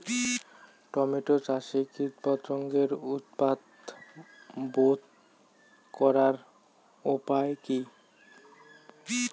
Tomato চাষে কীটপতঙ্গের উৎপাত রোধ করার উপায় কী?